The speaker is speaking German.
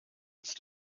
ist